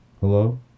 Hello